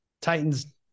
Titans